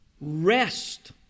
Rest